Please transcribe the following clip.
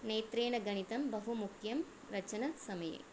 नेत्रेण गणितं बहुमुख्यं रचनसमये